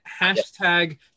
hashtag